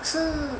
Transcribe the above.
是